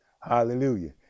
hallelujah